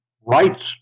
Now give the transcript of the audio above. rights